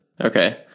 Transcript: Okay